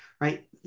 right